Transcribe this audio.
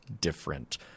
different